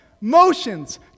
motions